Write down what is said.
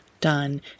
done